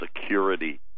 Security